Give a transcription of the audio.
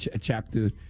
chapter